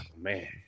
Man